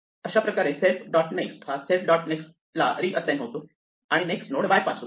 अशाप्रकारे self dot next हा self dot next dot नेक्स्टला रीअसाइन होतो आणि नेक्स्ट नोड बायपास होतो